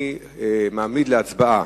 אני מעמיד להצבעה,